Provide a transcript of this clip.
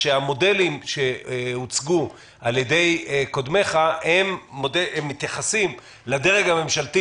כאשר המודלים שהוצגו על ידי קודמיך מתייחסים לדרג הממשלתי